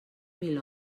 mil